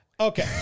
Okay